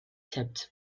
tipped